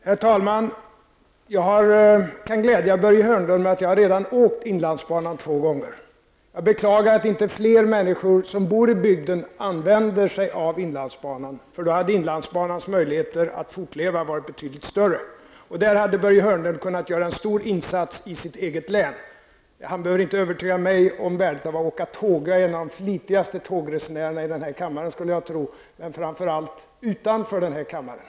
Herr talman! Jag kan glädja Börje Hörnlund genom att meddela att jag redan har åkt två gånger på inlandsbanan. Jag beklagar att inte fler människor som bor i bygden använder sig av inlandsbanan. Då hade möjligheterna för den här banan att fortleva varit betydligt större. Börje Hörnlund hade kunnat göra en stor insats i sitt eget län. Börje Hörnlund behöver inte övertyga mig om värdet av att åka tåg. Jag skulle tro att jag är en av de flitigaste tågresenärerna jämfört med andra här i kammaren. Men framför allt gäller det nog utanför denna kammare.